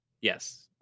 yes